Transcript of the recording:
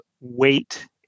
weight